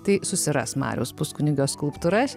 tai susiras mariaus puskunigio skulptūras